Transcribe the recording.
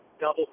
double